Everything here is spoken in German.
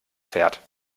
fährt